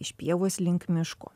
iš pievos link miško